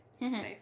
Nice